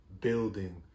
building